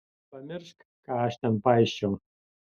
pamiršk ką aš ten paisčiau